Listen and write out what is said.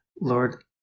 Lord